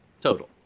Total